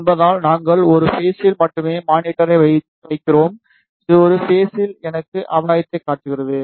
என்பதால் நாங்கள் ஒரு பேஸில் மட்டுமே மானிட்டரை வைக்கிறோம் இது ஒரு பேஸில் எனக்கு ஆதாயத்தைக் காட்டுகிறது